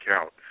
count